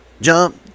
jump